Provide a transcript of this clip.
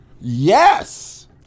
Yes